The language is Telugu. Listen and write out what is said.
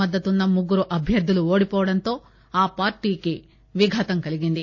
మద్దతున్న ముగ్గురు అభ్యర్థులు ఓడిపోవడంతో ఆ పార్టీకి విఘాతం కలిగింది